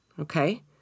Okay